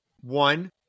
One